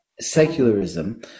secularism